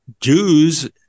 Jews